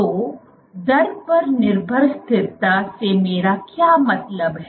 तो दर पर निर्भर स्थिरता से मेरा क्या मतलब है